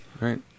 right